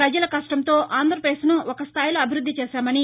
ప్రజల కష్టంతో ఆంధ్రప్రదేశ్ను ఒక స్టాయిలో అభివృద్ది చేశామని